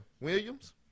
Williams